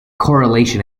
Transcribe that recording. correlation